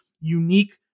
unique